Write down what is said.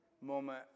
moment